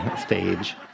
stage